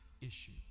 issue